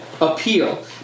appeal